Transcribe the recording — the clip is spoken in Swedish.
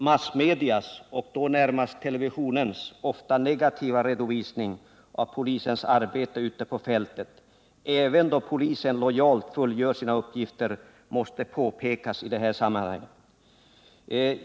Massmedias, och då närmast televisionens, ofta negativa redovisning av polisens arbete ute på fältet — det gäller även då polisen lojalt fullgör sina uppgifter — måste påpekas.